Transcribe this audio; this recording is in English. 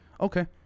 Okay